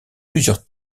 plusieurs